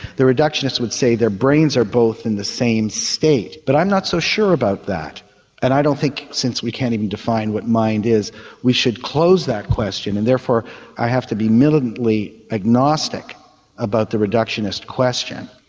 the reductionist would say their brains are both in the same state. but i'm not so sure about that and i don't think that since we cannot even define what the mind is we should close that question and therefore i have to be militantly agnostic about the reductionist question.